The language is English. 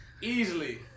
Easily